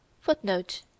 Footnote